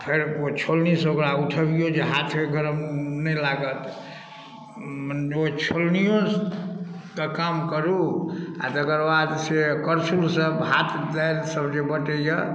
फेर छोलनीसँ ओकरा उठबियो जे हाथमे गरम नहि लागत ओ छोलनियोके काम करू आ तेकर बाद से करछुलसँ भात दालि सब जे बँटैया